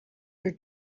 your